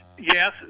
Yes